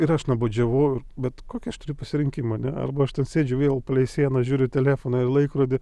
ir aš nuobodžiavau bet kokį aš turiu pasirinkimą ane arba aš ten sėdžiu vėl palei sieną žiūriu telefoną ir laikrodį